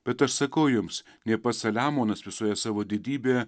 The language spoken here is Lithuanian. bet aš sakau jums nė pats saliamonas visoje savo didybe